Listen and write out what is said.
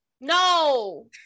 no